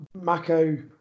Mako